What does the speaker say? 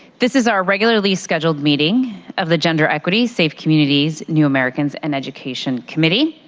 this is our regularly scheduled meeting of the gender equity safe communities, new americans, and education committee.